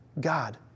God